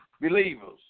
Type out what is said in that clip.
believers